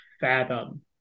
fathom